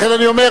לכן אני אומר,